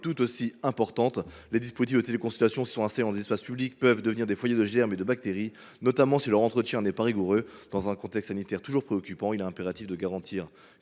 tout aussi importante. Les dispositifs de téléconsultation, s’ils sont installés dans des espaces publics, peuvent devenir des foyers de germes et de bactéries, notamment si leur entretien n’est pas rigoureux. Dans un contexte sanitaire toujours préoccupant, il est impératif de garantir